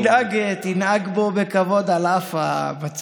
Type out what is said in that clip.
אבל אתה תנהג בו בכבוד על אף המצב.